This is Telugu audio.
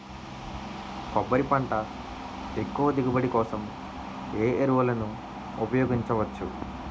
కొబ్బరి పంట ఎక్కువ దిగుబడి కోసం ఏ ఏ ఎరువులను ఉపయోగించచ్చు?